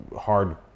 hard